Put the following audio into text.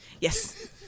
Yes